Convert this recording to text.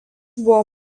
buvo